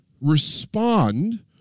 respond